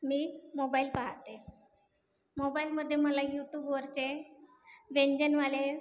मी mobile पाहते मोबाईलमध्ये मला युट्यूबवरचे व्यंजनवाले